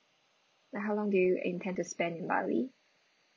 like how long do you intend to spend in bali